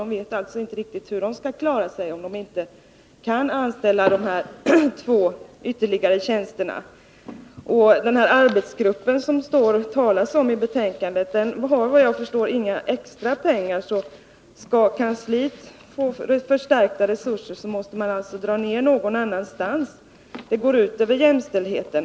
De vet inte riktigt hur de skall klara sig, om de inte får besätta dessa två ytterligare tjänster. Den arbetsgrupp som det talas om i betänkandet har efter vad jag förstår inga extra resurser till sitt förfogande. Om kansliet skall få förstärkta resurser, så måste man alltså dra ner någon annanstans, och detta går ut över jämställdheten.